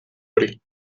hori